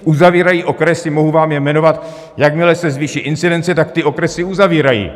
Uzavírají okresy, mohu vám je jmenovat, jakmile se zvýší incidence, tak ty okresy uzavírají.